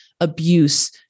abuse